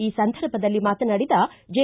ಈ ಸಂದರ್ಭದಲ್ಲಿ ಮಾತನಾಡಿದ ಜೆ